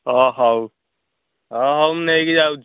ହଁ ହଉ ହଁ ହଉ ମୁଁ ନେଇକି ଯାଉଛି